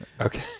Okay